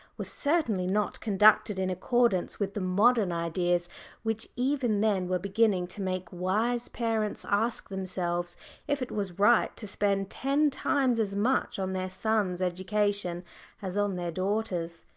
was certainly not conducted in accordance with the modern ideas which even then were beginning to make wise parents ask themselves if it was right to spend ten times as much on their sons' education as on their daughters'.